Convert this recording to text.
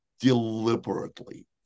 deliberately